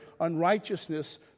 unrighteousness